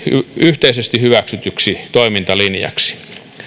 yhteisesti hyväksytyksi toimintalinjaksi